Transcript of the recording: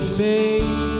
faith